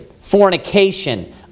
fornication